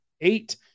eight